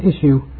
issue